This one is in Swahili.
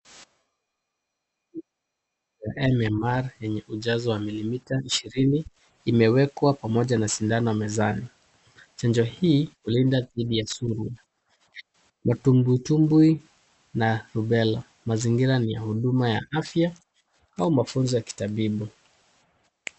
MMR yenye kujazwa milimita ishirini imewekwa pamoja na shindano mezani. Chanjo hii hulinda dhidi ya suruwa ,matumbutumbwi na rubela. Mazingira ni ya huduma ya afya au mafunzo ya kitabibu.